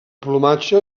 plomatge